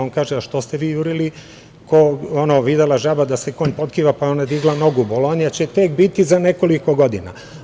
On kaže - što svi jurili kao ono, videla žaba da se konj potkiva, pa je ona digla nogu, Bolonja će tek biti za nekoliko godina.